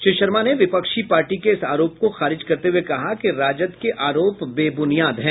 श्री शर्मा ने विपक्षी पार्टी के इस आरोप को खारिज करते हुए कहा कि राजद के आरोप बेब्रनियाद हैं